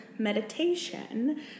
meditation